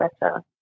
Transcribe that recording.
better